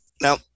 Now